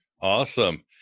awesome